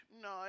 No